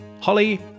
Holly